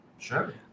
Sure